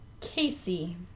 casey